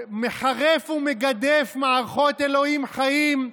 מחרף ומגדף מערכות אלוהים חיים,